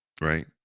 right